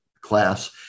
class